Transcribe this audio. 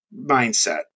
mindset